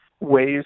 ways